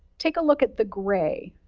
take a look at the gray.